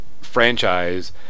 franchise